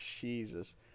Jesus